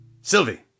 Sylvie